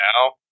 now